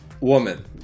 woman